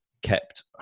kept